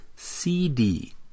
CD